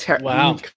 Wow